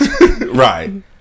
Right